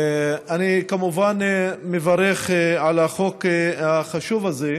אני כמובן מברך על החוק החשוב הזה,